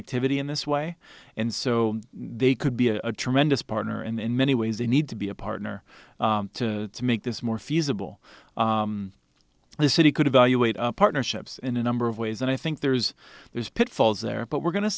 video in this way and so they could be a tremendous partner and in many ways they need to be a partner to make this more feasible the city could evaluate partnerships in a number of ways and i think there's there's pitfalls there but we're go